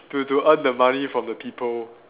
to to earn the money from the people